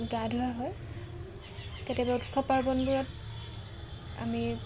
গা ধোৱা হয় কেতিয়াবা উৎসৱ পাৰ্বণবোৰত আমি